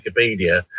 Wikipedia